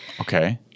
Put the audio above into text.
Okay